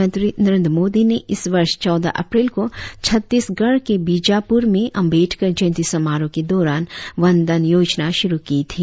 प्रधानमंत्री नरेंद्र मोदी ने इस वर्ष चौदह अप्रैल को छत्तीसगढ़ के बीजापुर में आम्बेडकर जयंती समारोह के दौरान वन धन योजना शुरु की थी